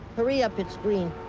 hurry up, it's green.